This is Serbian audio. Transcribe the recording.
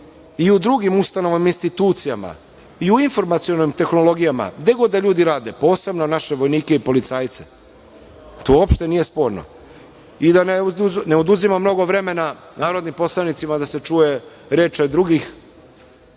i u drugim ustanovama i institucijama, i u informacionim tehnologijama, gde god da ljudi rade, posebno naše vojnike i policajce. To uopšte nije sporno. Da ne oduzimam mnogo vremena narodnim poslanicima da se čuje reč i